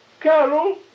Carol